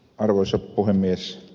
arvoisa puhemies